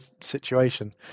situation